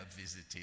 visited